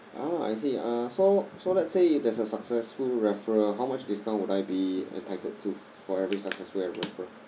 ah I see uh so so let's say if there's a successful referral how much discount would I be entitled to for every successful referral